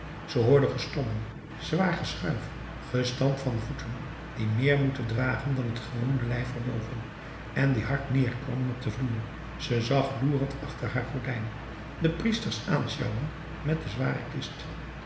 ze hoorde gestommel zwaar geschuif gestamp van voeten die meer moeten dragen dan het gewone lijf erboven en die hard neerkomen op den vloer ze zag loerend achter haar gordijn de priesters aansjouwen met de zware kist